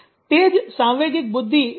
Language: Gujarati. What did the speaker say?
તે જ સાંવેગિક બુદ્ધિશાળી આગેવાનનું સૂત્ર છે